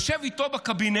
יושב איתו בקבינט,